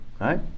right